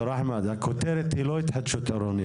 הכותרת היא לא התחדשות עירונית.